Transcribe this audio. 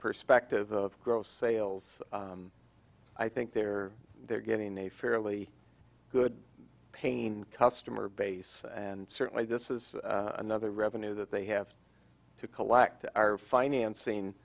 perspective of gross sales i think they're they're getting a fairly good pain customer base and certainly this is another revenue that they have to collect our financing